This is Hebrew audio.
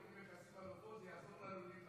מכסים על לולים, אז זה יעזור לך.